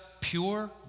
pure